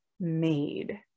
made